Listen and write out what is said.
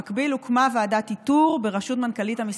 במקביל הוקמה ועדת איתור בראשות מנכ"לית המשרד.